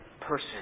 person